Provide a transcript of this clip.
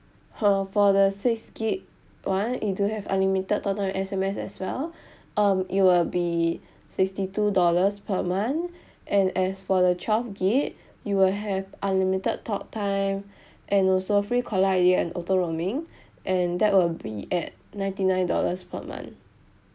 ha for the six gig one it do have unlimited talk time and S_M_S as well um it will be sixty two dollars per month and as for the twelve gig you will have unlimited talk time and also free caller I_D and auto roaming and that will be at ninety nine dollars per month